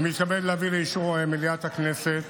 אני מתכבד להביא לאישור מליאת הכנסת